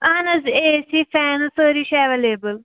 اہن حظ A C fans سٲری چھِ اٮ۪ویلیبٕل